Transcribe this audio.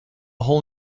whole